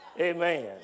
Amen